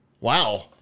Wow